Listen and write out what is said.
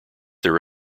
their